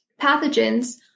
pathogens